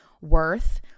worth